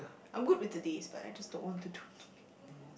I'm good with the days but I just don't want to do too many things